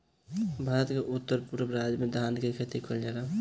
भारत के उत्तर पूरब राज में धान के खेती कईल जाला